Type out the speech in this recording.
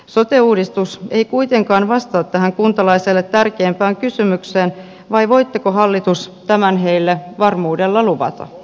sote uudistus ei kuitenkaan vastaa tähän kuntalaiselle tärkeimpään kysymykseen vai voitteko hallitus tämän heille varmuudella luvata